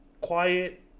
quiet